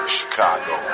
Chicago